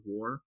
War